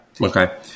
okay